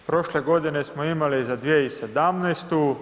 Prošle godine smo imali za 2017.